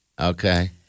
Okay